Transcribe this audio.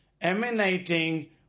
emanating